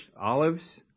Olives